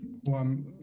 one